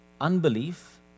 Unbelief